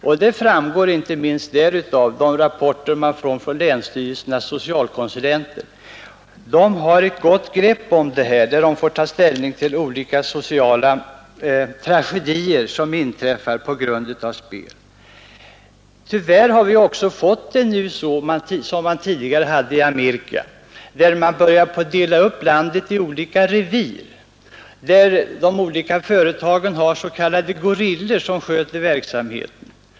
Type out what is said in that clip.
Dessa framgår inte minst av de rapporter man får från länsstyrelsernas socialkonsulenter, som har ett gott grepp om detta och får ta ställning till olika sociala tragedier som inträffar på grund av spel. Tyvärr har det nu blivit likadant här som det tidigare var i Amerika; man har börjat dela upp landet i olika revir, där de olika företagen har s.k. gorillor som sköter verksamheten.